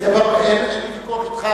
ויכוח אתך,